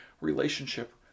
relationship